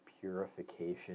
purification